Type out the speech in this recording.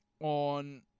on